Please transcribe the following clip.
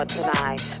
tonight